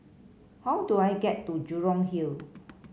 how do I get to Jurong Hill